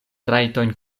trajtojn